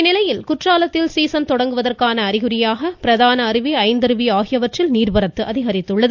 இந்நிலையில் குற்றாலத்தில் சீசன் தொடங்குவதற்கான அறிகுறியாக பிரதான அருவி ஐந்தருவி ஆகியவற்றில் நீர்வரத்து அதிகரித்துள்ளது